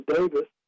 Davis